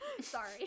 Sorry